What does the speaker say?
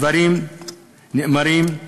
הדברים נאמרים,